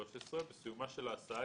בסיומה של ההסעה,